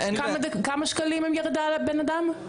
כמה שקלים ירד לבן אדם?